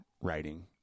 writing